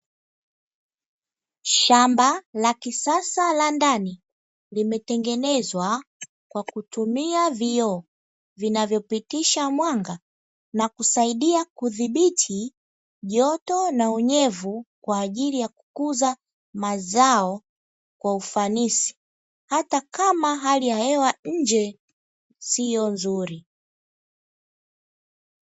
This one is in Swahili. Shamba la kisasa la ndani, limetengenezwa kwa kutumia vioo, vinavyopitisha mwanga, na kusaidia kudhibiti joto na unyevu kwa ajili ya kukuza mazao kwa ufanisi, hata kama hali ya hewa hata kama hali ya hewa nje sio nzuri.